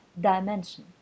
dimension